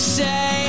say